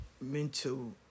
mental